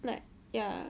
like ya